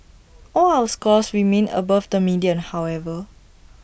all our scores remain above the median however